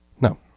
No